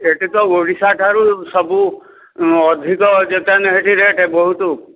ଏଠି ତ ଓଡ଼ିଶା ଠାରୁ ସବୁ ଅଧିକ ଯେତେ ସେଠି ରେଟ୍ ବହୁତ